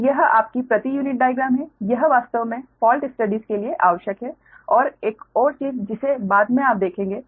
तो यह आपकी प्रति यूनिट डाइग्राम है यह वास्तव में फ़ाल्ट स्टडीस के लिए आवश्यक है और एक और चीज जिसे बाद में आप देखेंगे